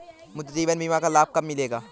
मुझे जीवन बीमा का लाभ कब मिलेगा?